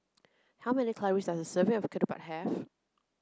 how many calories does a serving of Ketupat have